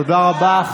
תודה רבה.